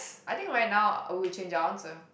I think right now I would change your answer